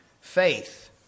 faith